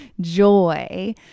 joy